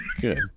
Good